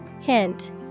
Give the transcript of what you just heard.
Hint